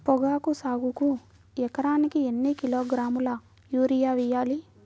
పొగాకు సాగుకు ఎకరానికి ఎన్ని కిలోగ్రాముల యూరియా వేయాలి?